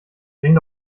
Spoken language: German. bring